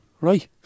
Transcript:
Right